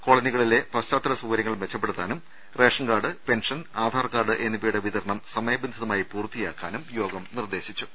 കോളനികളിലെ പശ്ചാ ത്തല സൌകര്യങ്ങൾ മെച്ചപ്പെടുത്താനും റേഷൻകാർഡ് പെൻഷൻ ആധാർ കാർഡ് എന്നിവയുടെ വിതരണം സമയബന്ധിതമായി പൂർത്തിയാക്കാനും യോഗം നിർദ്ദേ ശിച്ചു